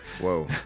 Whoa